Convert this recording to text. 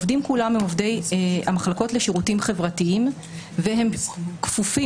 הם עובדי המחלקות לשירותים חברתיים והם כפופים